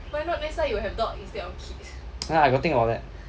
ah I got think of that